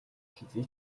хэзээ